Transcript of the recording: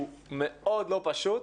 הוא מאוד לא פשוט.